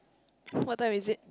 what time is it